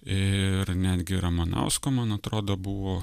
ir netgi ramanausko man atrodo buvo